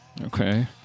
Okay